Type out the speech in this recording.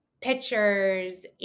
pictures